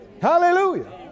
Hallelujah